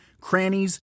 crannies